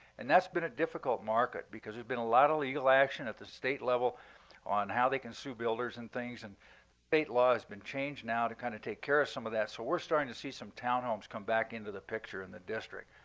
and that's been a difficult market because there's been a lot of legal action at the state level on how they can sue builders and things, and state law has been changed now to kind of take care of some of that. so we're starting to see some townhomes come back into the picture in the district.